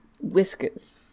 whiskers